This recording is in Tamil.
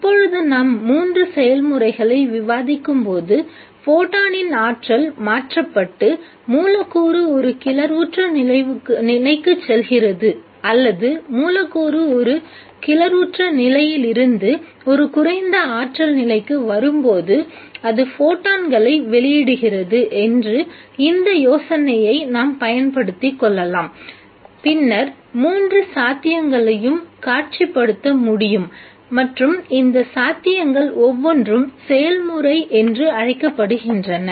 இப்பொழுது நாம் மூன்று செயல்முறைகளை விவாதிக்கும்போது ஃபோட்டானின் ஆற்றல் மாற்றப்பட்டு மூலக்கூறு ஒரு கிளர்வுற்ற நிலைக்குச் செல்கிறது அல்லது மூலக்கூறு ஒரு கிளர்வுற்ற நிலையிலிருந்து ஒரு குறைந்த ஆற்றல் நிலைக்கு வரும்போது அது ஃபோட்டான்களை வெளியிடுகிறது என்ற இந்த யோசனையை நாம் பயன்படுத்திக் கொள்ளலாம் பின்னர் மூன்று சாத்தியங்களையும் காட்சிப்படுத்த முடியும் மற்றும் இந்த சாத்தியங்கள் ஒவ்வொன்றும் செயல்முறை என்று அழைக்கப்படுகின்றன